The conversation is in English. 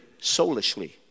soulishly